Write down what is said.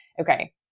okay